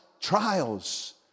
trials